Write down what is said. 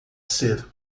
ser